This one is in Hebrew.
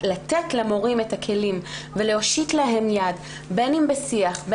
המשנה לנערות וצעירות בסיכון דורשת ממשרד העבודה,